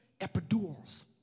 epidurals